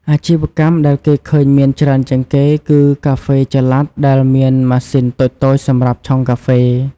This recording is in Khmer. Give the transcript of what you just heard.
អាជីវកម្មដែលគេឃើញមានច្រើនជាងគេគឺ កាហ្វេចល័ត ដែលមានម៉ាស៊ីនតូចៗសម្រាប់ឆុងកាហ្វេ។